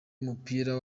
w’umupira